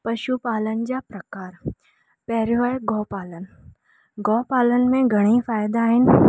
पशु पालन जा प्रकार पहिरियों आहे गौ पालन गौ पालन में घणेई फ़ाइदा आहिनि